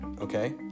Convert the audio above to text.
Okay